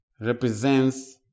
represents